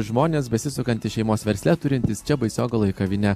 žmonės besisukantys šeimos versle turintys čia baisogaloj kavinę